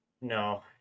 no